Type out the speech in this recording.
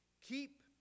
Keep